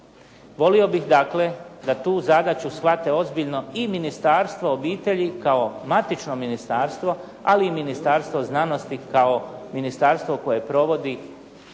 Volio bih dakle da tu zadaću shvate ozbiljno i Ministarstvo obitelji kao matično ministarstvo, ali i Ministarstvo znanosti kao ministarstvo koje provodi